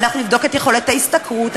אנחנו נבדוק את יכולת ההשתכרות,